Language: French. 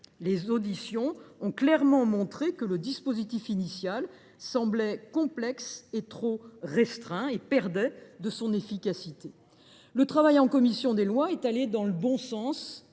les auditions ont clairement montré que le dispositif initial semblait complexe et trop restreint, ce qui lui faisait perdre en efficacité. Le travail mené en commission des lois est allé dans le bon sens,